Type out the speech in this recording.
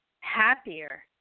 happier